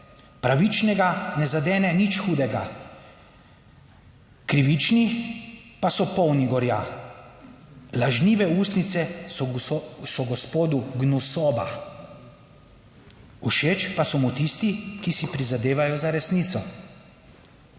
Pravičnega ne zadene nič hudega, krivični pa so polni gorja, lažnive ustnice so Gospodu gnusoba. Všeč pa so mu tisti, ki si prizadevajo za resnico.